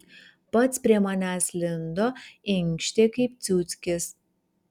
pats prie manęs lindo inkštė kaip ciuckis